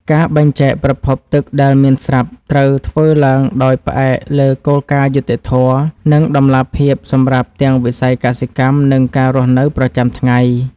ការបែងចែកប្រភពទឹកដែលមានស្រាប់ត្រូវធ្វើឡើងដោយផ្អែកលើគោលការណ៍យុត្តិធម៌ និងតម្លាភាពសម្រាប់ទាំងវិស័យកសិកម្ម និងការរស់នៅប្រចាំថ្ងៃ។